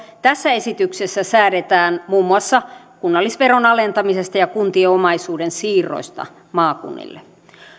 tässä esityksessä säädetään muun muassa kunnallisveron alentamisesta ja kuntien omaisuuden siirroista maakunnille